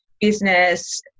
business